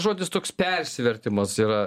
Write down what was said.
žodis toks persivertimas yra